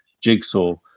jigsaw